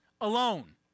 alone